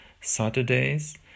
Saturdays